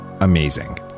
amazing